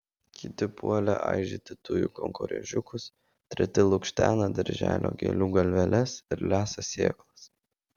kiti puolė aižyti tujų kankorėžiukus treti lukštena darželio gėlių galveles ir lesa sėklas